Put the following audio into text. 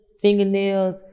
fingernails